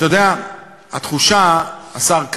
אתה יודע, התחושה, השר כץ,